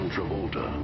Travolta